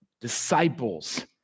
disciples